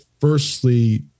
firstly